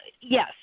yes